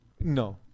No